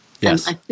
yes